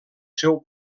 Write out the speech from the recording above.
seu